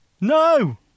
No